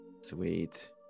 Sweet